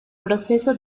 proceso